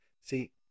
See